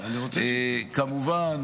כמובן,